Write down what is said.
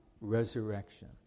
Resurrection